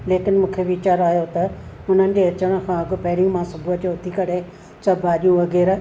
लेकिन मूंखे विचार आहियो त हुननि जे अचण खां अॻु पहिरीं मां सुबुह जो उथी करे सभु भाॼियूं वग़ैरह